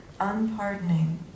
unpardoning